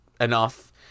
enough